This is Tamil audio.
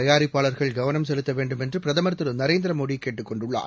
தயாரிப்பாளர்கள் கவனம் செலுத்த வேண்டும் என்று பிரதமர் திரு நரேந்திர மோடி கேட்டுக்கொண்டுள்ளார்